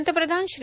पंतप्रधान श्री